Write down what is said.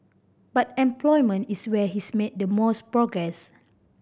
but employment is where he's made the most progress